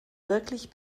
wirklich